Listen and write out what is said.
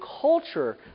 culture